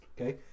okay